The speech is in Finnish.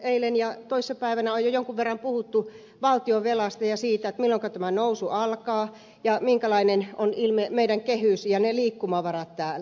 eilen ja toissa päivänä on jo jonkun verran puhuttu valtionvelasta ja siitä milloinka nousu alkaa ja minkälainen on meidän kehys ja ne liikkumavarat täällä